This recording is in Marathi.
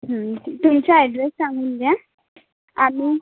तुमचा ॲड्रेस सांगून द्या अजून